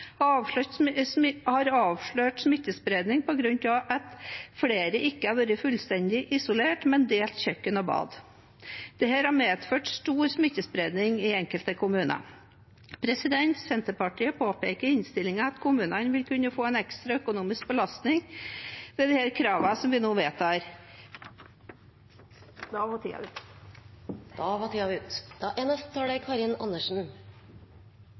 har avslørt smittespredning på grunn av at flere ikke har vært fullstendig isolert, men delt kjøkken og bad. Dette har medført stor smittespredning i enkelte kommuner. Senterpartiet påpeker i innstillingen at kommunene vil kunne få en ekstra økonomisk belastning ved kravene vi nå vedtar. Da var tiden ute. Ja, da var tiden ute. SV støtter lovforslaget, men vi må si oss enig i kritikken som er